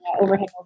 overhead